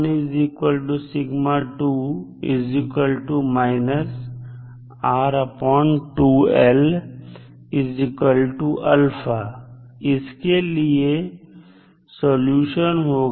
इसके लिए सॉल्यूशन होगा